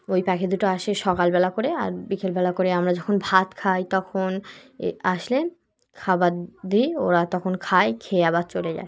ওই পাখি দুটো আসে সকালবেলা করে আর বিকেলবেলা করে আমরা যখন ভাত খাই তখন এ আসলে খাবার দিই ওরা তখন খায় খেয়ে আবার চলে যায়